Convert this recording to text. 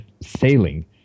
sailing